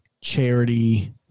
charity